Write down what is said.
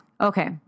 Okay